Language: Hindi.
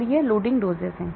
यह loading doses है